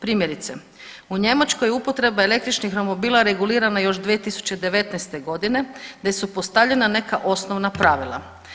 Primjerice u Njemačkoj je upotreba električnih romobila regulirana još 2019. godine, gdje su postavljena neka osnovna pravila.